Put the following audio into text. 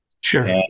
Sure